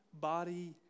body